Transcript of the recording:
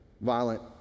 violent